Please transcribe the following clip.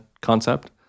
concept